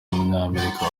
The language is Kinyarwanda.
w’umunyamerika